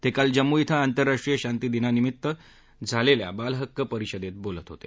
ते काल जम्मू इथं आंतरराष्ट्रीय शांती दिना निमित्त जम्मू इथं झालेल्या बालहक्क परिषदेत बोलत होते